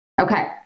Okay